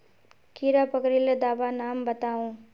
कीड़ा पकरिले दाबा नाम बाताउ?